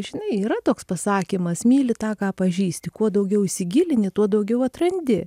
žinai yra toks pasakymas myli tą ką pažįsti kuo daugiau įsigilini tuo daugiau atrandi